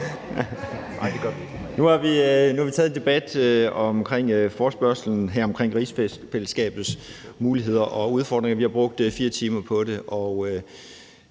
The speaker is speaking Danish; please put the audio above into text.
Nu har vi taget en forespørgselsdebat omkring rigsfællesskabets muligheder og udfordringer. Vi har brugt 4 timer på det,